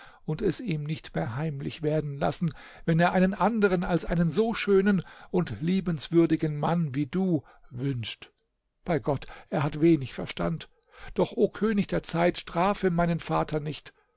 und es ihm nicht mehr heimlich werden lassen wenn er einen anderen als einen so schönen und liebenswürdigen mann wie du wünscht bei gott er hat wenig verstand doch o könig der zeit strafe meinen vater nicht